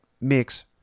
mix